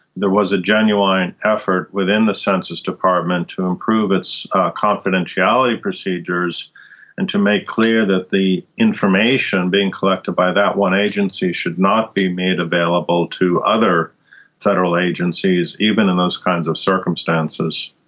there was a genuine effort within the census department to improve its confidentiality procedures and to make clear that the information being collected by that one agency should not be made available to other federal agencies, even in those kinds of circumstances.